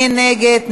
מי נגד?